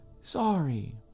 sorry